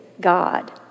God